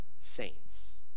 Saints